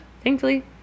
Thankfully